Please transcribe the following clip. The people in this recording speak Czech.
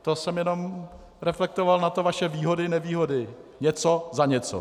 To jsem jenom reflektoval na to vaše výhodynevýhody, něco za něco.